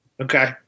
Okay